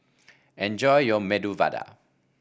enjoy your Medu Vada